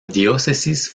diócesis